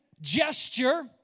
gesture